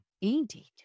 Indeed